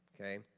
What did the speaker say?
Okay